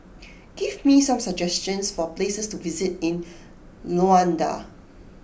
give me some suggestions for places to visit in Luanda